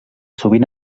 sovint